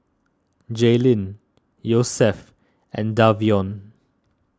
Jaelyn Yosef and Davion